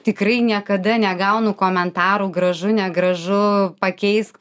tikrai niekada negaunu komentarų gražu negražu pakeisk